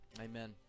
Amen